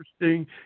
interesting